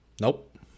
Nope